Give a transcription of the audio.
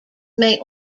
may